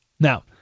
Now